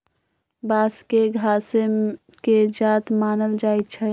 बांस के घासे के जात मानल जाइ छइ